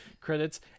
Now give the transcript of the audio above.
credits